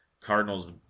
Cardinals